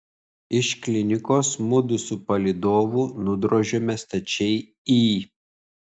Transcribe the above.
iš klinikos mudu su palydovu nudrožėme stačiai į